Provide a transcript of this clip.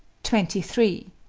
twenty three.